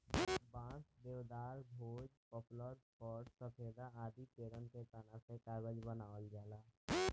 बांस, देवदार, भोज, पपलर, फ़र, सफेदा आदि पेड़न के तना से कागज बनावल जाला